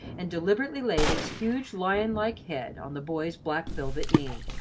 and deliberately laid its huge, lion-like head on the boy's black-velvet knee.